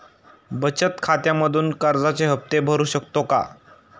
बचत खात्यामधून कर्जाचे हफ्ते भरू शकतो का?